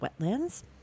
wetlands